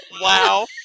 Wow